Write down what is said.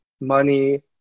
money